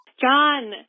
John